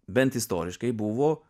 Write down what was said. bent istoriškai buvo